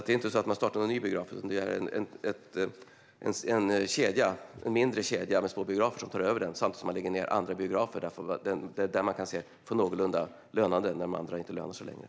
Det är inte så att man startar någon ny biograf, utan det är en mindre kedja med små biografer som tar över den samtidigt som andra biografer läggs ned. Det är där man kan få någorlunda god lönsamhet.